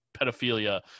pedophilia